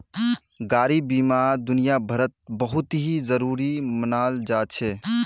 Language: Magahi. गाडी बीमा दुनियाभरत बहुत ही जरूरी मनाल जा छे